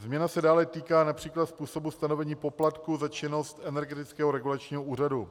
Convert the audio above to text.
Změna se dále týká například způsobu stanovení poplatku za činnost Energetického regulačního úřadu.